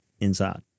inside